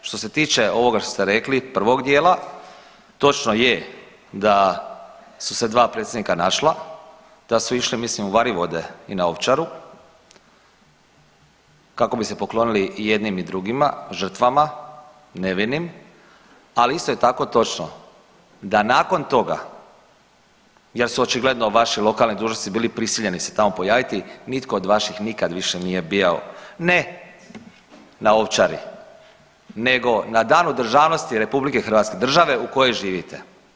A što se tiče ovoga što ste rekli prvog dijela, točno je da su se dva predsjednika našla, da su išli ja mislim u Varivode i na Ovčaru kako bi se poklonili i jednim i drugima žrtvama nevinim, ali isto je tako točno da nakon toga jer su očigledno vaši lokalni dužnosnici bili prisiljeni se tamo pojaviti nitko od vaših nikad više nije bio ne na Ovčari nego na Danu državnosti RH, države u kojoj živite.